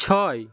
ছয়